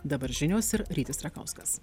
dabar žinios ir rytis rakauskas